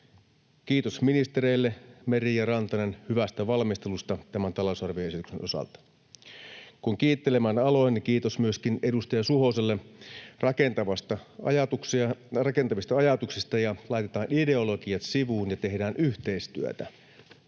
Kiitos ministereille Meri ja Rantanen hyvästä valmistelusta tämän talousarvioesityksen osalta. Kun kiittelemään aloin, kiitos myöskin edustaja Suhoselle rakentavista ajatuksista. Laitetaan ideologiat sivuun ja tehdään yhteistyötä,